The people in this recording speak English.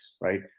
right